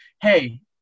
hey